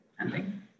ending